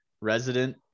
resident